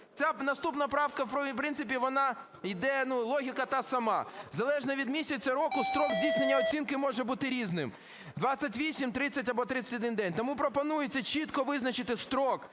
наступна правка, в принципі, вона йде, ну, логіка та сама. Залежно від місяця року строк здійснення оцінки може бути різним: 28, 30 або 31 день. Тому пропонується чітко визначити строк